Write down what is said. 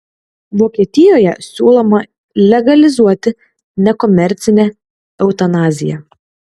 vokietijoje siūloma legalizuoti nekomercinę eutanaziją